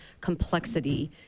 complexity